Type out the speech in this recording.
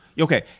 Okay